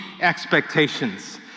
expectations